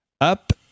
up